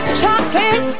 chocolate